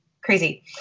crazy